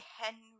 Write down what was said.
Henry